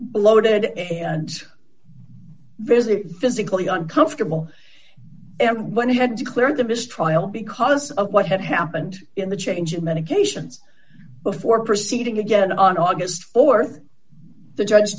bloated and visit physically uncomfortable and when he had declared a mistrial because of what had happened in the change of medications before proceeding again on august th the judge